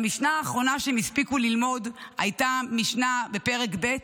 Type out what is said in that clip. והמשנה האחרונה שהם הספיקו ללמוד הייתה בפרק ב',